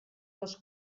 les